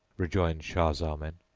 rejoined shah zaman,